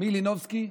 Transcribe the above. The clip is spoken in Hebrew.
מילינובסקי?